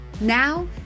Now